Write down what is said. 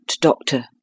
doctor